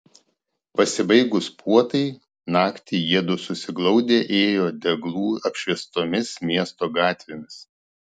pasibaigus puotai naktį jiedu susiglaudę ėjo deglų apšviestomis miesto gatvėmis